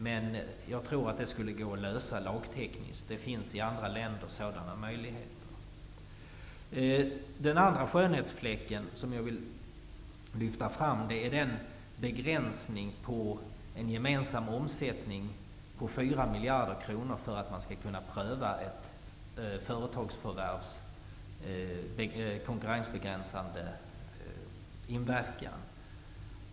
Jag tror dock att det skulle gå att lösa detta lagtekniskt. I andra länder finns ju sådana möjligheter. Den andra skönhetsfläcken är begränsningen av en gemensam omsättning på 4 miljarder för att man skall kunna pröva ett företagsförvärvs konkurrensbegränsande inverkan.